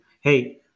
Hey